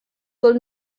soll